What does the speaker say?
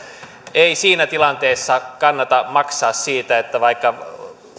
ei siinä tilanteessa kannata maksaa siitä vaikka